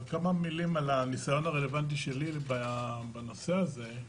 כמה מילים על הנסיון הרלוונטי שלי בנושא הזה.